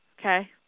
Okay